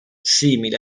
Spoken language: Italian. simili